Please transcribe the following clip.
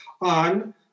on